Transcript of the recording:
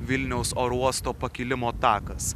vilniaus oro uosto pakilimo takas